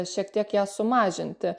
šiek tiek ją sumažinti